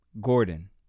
Gordon